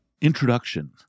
Introduction